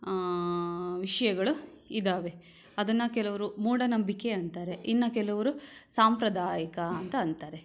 ವಿಷಯಗಳು ಇದ್ದಾವೆ ಅದನ್ನು ಕೆಲವರು ಮೂಢನಂಬಿಕೆ ಅಂತಾರೆ ಇನ್ನು ಕೆಲವರು ಸಾಂಪ್ರದಾಯಿಕ ಅಂತ ಅಂತಾರೆ